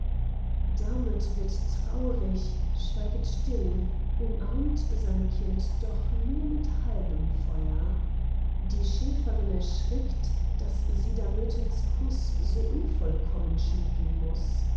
damöt wird traurig schweiget still umarmt sein kind doch nur mit halbem feuer die schäferin erschrickt daß sie damötens kuß so unvollkommen schmecken muß